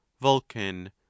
vulcan